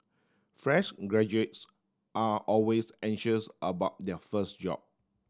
fresh graduates are always anxious about their first job